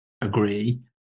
agree